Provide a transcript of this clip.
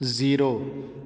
zero